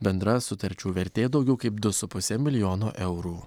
bendra sutarčių vertė daugiau kaip du su puse milijono eurų